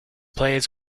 players